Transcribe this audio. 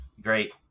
great